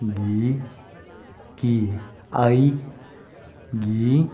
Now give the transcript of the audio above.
ꯒꯤꯀꯤ ꯑꯩꯒꯤ